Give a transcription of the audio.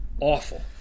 awful